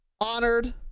Honored